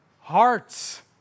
hearts